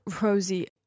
Rosie